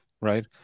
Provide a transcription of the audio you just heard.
right